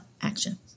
action